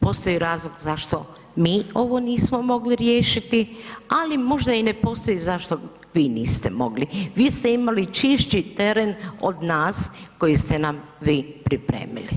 Postoji razlog zašto mi ovo mogli riješiti ali možda i ne postoji zašto vi niste mogli, vi ste imali čišći teren od nas koji ste nam vi pripremili.